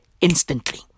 instantly